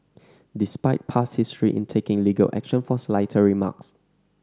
despite past history in taking legal action for slighter remarks